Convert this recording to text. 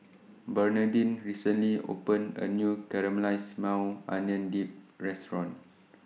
Bernadine recently opened A New Caramelized Maui Onion Dip Restaurant